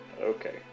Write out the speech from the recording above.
Okay